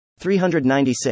396